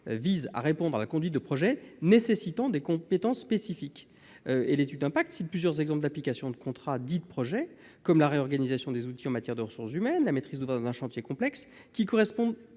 vise à répondre à la conduite de projets nécessitant des compétences spécifiques. À cet égard, l'étude d'impact donne plusieurs exemples d'application de contrats dits « de projet », comme la réorganisation des outils en matière de ressources humaines ou la maîtrise d'ouvrage dans un chantier complexe, qui correspondent